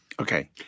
Okay